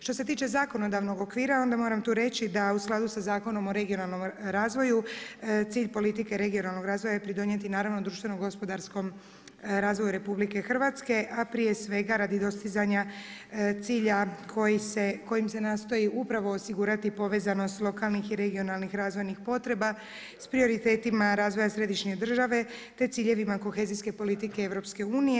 Što se tiče zakonodavnog okvira onda moram tu reći, da u skladu sa Zakonom o regionalnom razvoju cilj politike regionalnog razvoja je pridonijeti naravno društveno-gospodarskom razvoju RH, a prije svega radi dostizanja cilja kojim se nastoji upravo osigurati povezanost lokalnih i regionalnih razvojnih potreba s prioritetima razvoja središnje države, te ciljevima kohezijske politike EU.